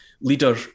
leader